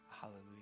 hallelujah